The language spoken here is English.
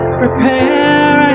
prepare